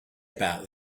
about